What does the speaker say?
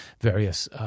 various